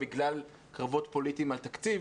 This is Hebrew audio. בגלל קרבות פוליטיים על תקציב